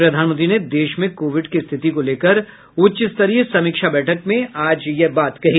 प्रधानमंत्री ने देश में कोविड की स्थिति को लेकर उच्चस्तरीय समीक्षा बैठक में आज यह बात कही